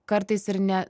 kartais ir ne